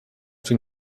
den